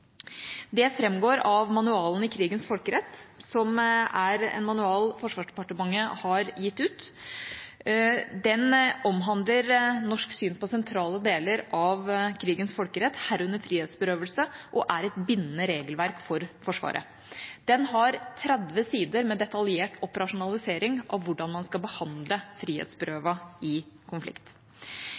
Det framgår av manualen i krigens folkerett, som er en manual Forsvarsdepartementet har gitt ut. Den omhandler norsk syn på sentrale deler av krigens folkerett, herunder frihetsberøvelse, og er et bindende regelverk for Forsvaret. Den er på 30 sider med detaljert operasjonalisering av hvordan man skal behandle frihetsberøvede i konflikt.